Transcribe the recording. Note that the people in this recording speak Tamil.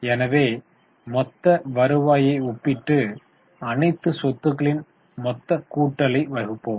எனவே மொத்த வருவாயை ஒப்பிட்டு அனைத்து சொத்துக்களின் மொத்த கூட்டல் வகுப்போம்